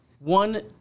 One